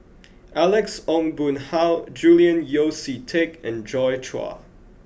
Alex Ong Boon Hau Julian Yeo See Teck and Joi Chua